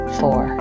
four